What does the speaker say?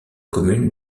commune